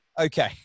Okay